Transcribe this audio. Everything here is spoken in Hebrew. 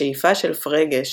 השאיפה של פרגה,